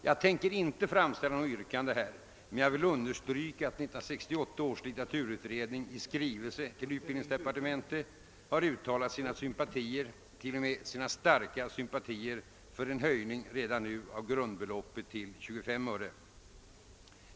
Jag tänker här inte framställa något yrkande men vill poängtera att 1968 års litteraturutredning i skrivelse till utbildningsdepartementet har uttalat sina sympatier — till och med sina starka sympatier — för en höjning av grundbeloppet till 25 öre redan nu.